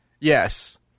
yes